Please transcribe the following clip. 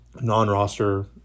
non-roster